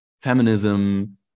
feminism